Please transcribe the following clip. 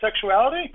sexuality